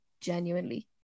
genuinely